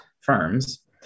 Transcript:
firms